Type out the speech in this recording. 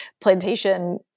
plantation